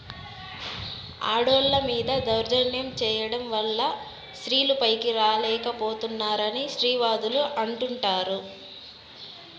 ఆడోళ్ళ మీద దౌర్జన్యం చేయడం వల్ల స్త్రీలు పైకి రాలేక పోతున్నారని స్త్రీవాదులు అంటుంటారు